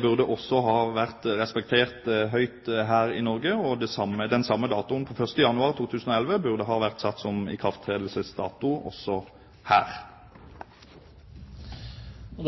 burde også ha vært respektert høyt her i Norge, og den samme datoen, 1. januar 2011, burde ha vært satt som ikrafttredelsesdato også her. Jeg